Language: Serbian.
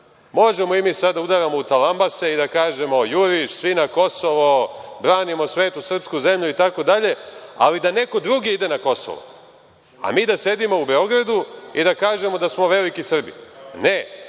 Možemo i mi sada da udaramo u talambase i da kažemo – juriš, svi na Kosovo, branimo svetu srpsku zemlju, itd, ali da neko drugi ide na Kosovo, a mi da sedimo u Beogradu i da kažemo da smo veliki Srbi. Ne,